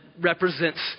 represents